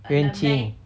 yuan ching